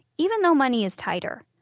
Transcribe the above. even though money is tighter.